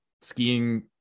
skiing